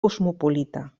cosmopolita